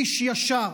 איש ישר,